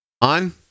On